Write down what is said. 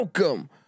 Welcome